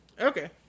Okay